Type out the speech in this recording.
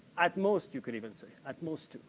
at most you could even say, at most two,